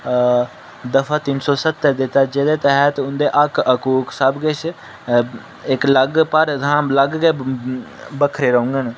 अ दफ़ा तिन्न सौ सत्तर जेह्दे तैह्त उं'दे हक्क हकूक सब किश इक अलग भारत हा अलग गै बक्खरे रौह्ङन